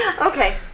Okay